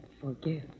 forgive